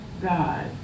God